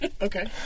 Okay